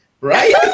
right